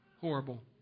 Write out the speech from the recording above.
horrible